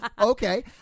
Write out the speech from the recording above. Okay